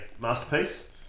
masterpiece